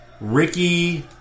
Ricky